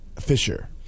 Fisher